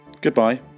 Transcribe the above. Goodbye